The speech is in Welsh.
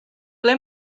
ble